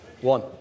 One